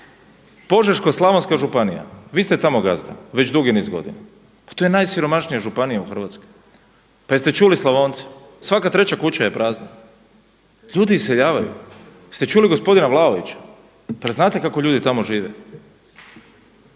Požeško-slavonska županija, vi ste tamo gazda već dugi niz godina, pa to je najsiromašnija županija u Hrvatskoj, pa jeste čuli Slavonce, svaka treća kuća je prazna, ljudi iseljavaju. Jeste čuli gospodina Vlaovića, pa jel znate kako ljudi tamo žive.